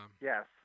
Yes